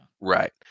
Right